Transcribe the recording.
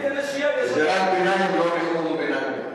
זה קריאת ביניים, לא נאום ביניים.